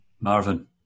Marvin